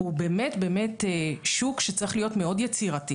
הוא באמת באמת שוק שצריך להיות מאוד יצירתי